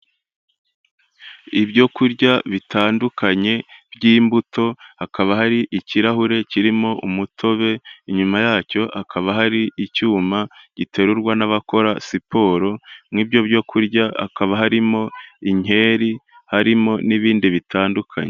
Ibyo kurya bitandukanye by'imbuto, hakaba hari ikirahure kirimo umutobe, inyuma yacyo hakaba hari icyuma giterurwa n'abakora siporo, muri ibyo byo kurya hakaba harimo inkeri, harimo n'ibindi bitandukanye.